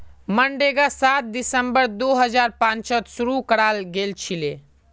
मनरेगा सात दिसंबर दो हजार पांचत शूरू कराल गेलछिले